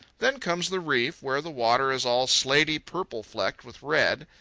then comes the reef, where the water is all slaty purple flecked with red.